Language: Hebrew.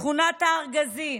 שכונת הארגזים,